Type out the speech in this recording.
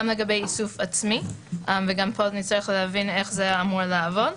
גם לגבי איסוף עצמי וכאן נצטרך להבין איך זה אמור לעבוד.